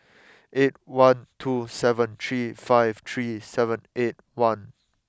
eight one two seven three five three seven eight one